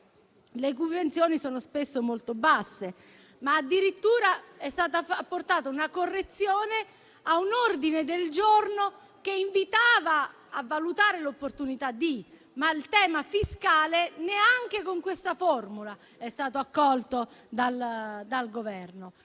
le cui pensioni sono spesso molto basse. Ma addirittura è stata apportata una correzione a un ordine del giorno che invitava a valutare l'opportunità di, ma il tema fiscale neanche con questa formula è stato accolto dal Governo.